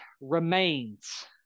remains